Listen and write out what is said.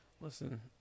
Listen